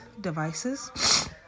devices